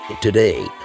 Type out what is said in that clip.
Today